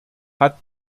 hat